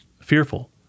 fearful